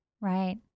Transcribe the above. Right